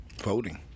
Voting